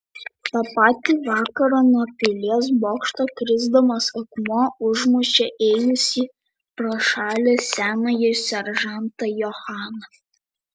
tą patį vakarą nuo pilies bokšto krisdamas akmuo užmušė ėjusį pro šalį senąjį seržantą johaną